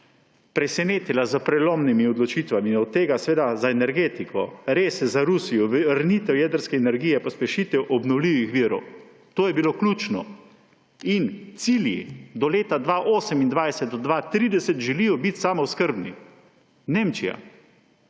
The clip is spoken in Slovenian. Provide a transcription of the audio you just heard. presenetila s prelomnimi odločitvami. Od tega seveda za energetiko; res, za Rusijo, vrnitev jedrske energije, pospešitev obnovljivih virov. To je bilo ključno. In cilji do leta 2028 do 2030: želijo biti samooskrbni. Nemčija!